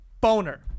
Boner